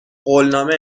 قولنامه